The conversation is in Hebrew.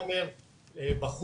השבוע הופעתי בעומר, בחוץ.